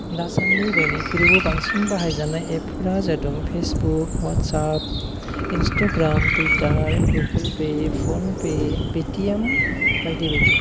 दासानदि बयनिख्रुइबो बांसिन बाहाय जानाय एपफोरा जादों फेसबुक अवाटसाफ इनस्टेग्राम टुइथार गुगोलपे फनपे फिटियेम बायदि बायदि